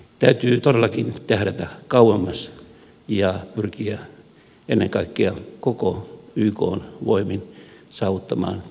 täytyy todellakin tähdätä kauemmas ja pyrkiä ennen kaikkea koko ykn voimin saavuttamaan kestäviä tuloksia